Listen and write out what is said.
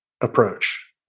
approach